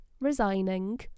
Resigning